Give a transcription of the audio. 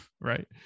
right